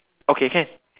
okay can